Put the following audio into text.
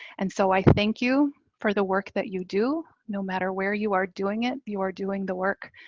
and so i thank you for the work that you do, no matter where you are doing it, you are doing the work.